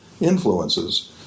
influences